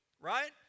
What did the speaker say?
Right